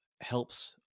helps